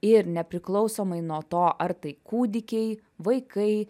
ir nepriklausomai nuo to ar tai kūdikiai vaikai